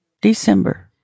December